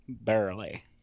barely